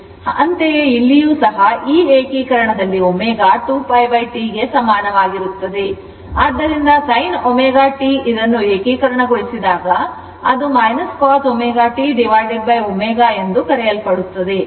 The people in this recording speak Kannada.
ಅಂತೆಯೇ ಇಲ್ಲಿಯೂ ಸಹ ಈ ಏಕೀಕರಣದಲ್ಲಿ ω 2π T ಗೆ ಸಮನಾಗಿರುತ್ತದೆ ಆದ್ದರಿಂದ sin ω t ಇದನ್ನು ಯಾವಾಗ ಏಕೀಕರಣಗೊಳಿಸಿದಾಗ ಅದು cos ω t ω ಎಂದು ಕರೆಯಲ್ಪಡುತ್ತದೆ